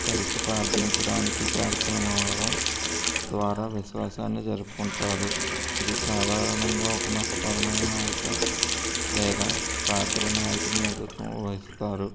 కలిసి ప్రార్థించడానికి ఈ కార్యక్రమంలో ద్వారా విశ్వాసాన్ని జరుపుకుంటారు ఇది సాధారణంగా ఒక మతపరమైన నాయక లేదా ప్రార్ధన నాయకులు నేతృత్వం వహిస్తారు